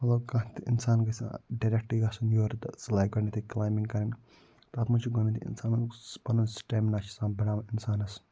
مَطلَب کانٛہہ تہِ اِنسان گَژھِ نہٕ ڈایریٚکٹ گَژھُن یورٕ تہٕ سُہ لاگہِ گۄڈنیٚتھے کلایمبِنٛگ کَرٕن تتھ مَنٛز چھُ گۄڈنیٚتھے اِنسانَس پَنُن سٹیمنا چھُ آسان بَڑاوُن اِنسانَس